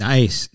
Nice